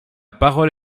parole